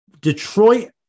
Detroit